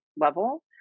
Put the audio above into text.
level